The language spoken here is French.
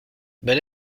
bon